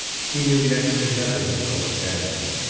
he knew next to nothing of cope's family,